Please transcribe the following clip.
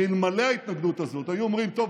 ואלמלא ההתנגדות הזאת היו אומרים: טוב,